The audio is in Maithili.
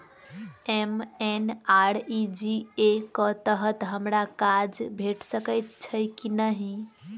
एम.एन.आर.ई.जी.ए कऽ तहत हमरा काज भेट सकय छई की नहि?